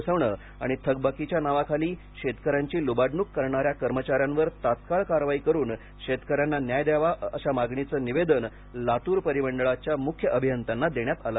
बसविणे आणि थकबाकीच्या नावाखाली शेतकऱ्यांची लुबाडणूक करणाऱ्या कर्मचाऱ्यांवर तत्काळ कारवाई करून शेतकऱ्यांना न्याय द्यावा अशा मागणीचं निवेदन लातूर परिमंडळाच्या मुख्य अभियंत्यांना देण्यात आलं